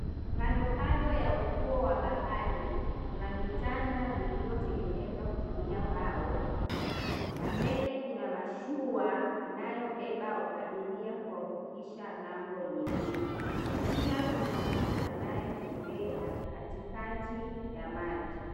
Kandokando ya ufuo wa bahari, kuna vitanda vilivyotengenezwa kutumia mbao na mbele kuna mashua inayobeba abiria kuwavukisha ng'ambo nyingine. Pia kuna mtu anayetembea katikati ya maji.